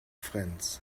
friends